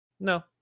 No